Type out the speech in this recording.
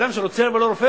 כי אדם שרוצה לבוא לרופא,